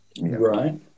Right